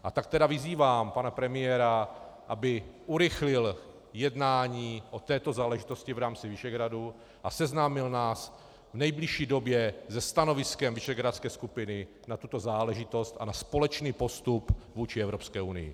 A tak tedy vyzývám pana premiéra, aby urychlil jednání o této záležitosti v rámci Visegrádu a seznámil nás v nejbližší době se stanoviskem visegrádské skupiny na tuto záležitost a na společný postup vůči Evropské unii.